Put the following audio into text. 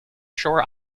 shore